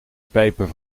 pijpen